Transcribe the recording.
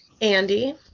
Andy